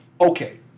okay